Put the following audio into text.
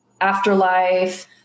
afterlife